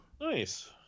Nice